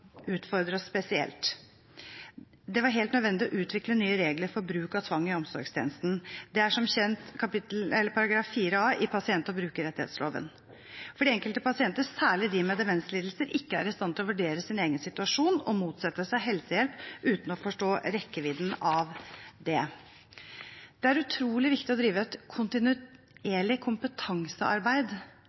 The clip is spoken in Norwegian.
spesielt. Det var helt nødvendig å utvikle nye regler for bruk av tvang i omsorgstjenesten – det er som kjent § 4A i pasient- og brukerrettighetsloven – fordi enkelte pasienter, særlig de med demenslidelser, ikke er i stand til å vurdere sin egen situasjon og motsetter seg helsehjelp uten å forstå rekkevidden av det. Det er utrolig viktig å drive et kontinuerlig kompetansearbeid